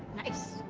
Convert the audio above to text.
nice.